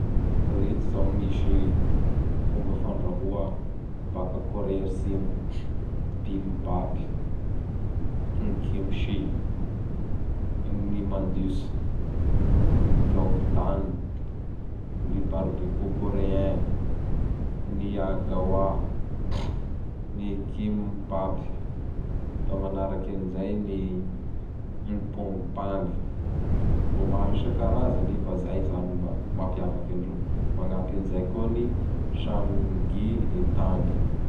Reto zao misy fomba fandrahoa baka Kore Atsimo: Bim bap, gn Kimsy, gn imandisy, gn giongdan, ny barbeko koreen, ny Agawa, ny kim bap, da manaraky an zay ny Pong Pang. Mbö maro isa-karazany i fa zay zany mba mapiavaky andreo. Magnampy an zay koa ny Sam Gy Etang.